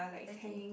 okay